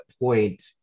point